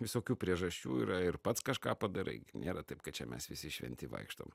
visokių priežasčių yra ir pats kažką padarai nėra taip kad čia mes visi šventi vaikštom